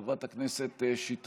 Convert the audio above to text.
חברת הכנסת שטרית,